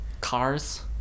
Cars